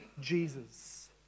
Jesus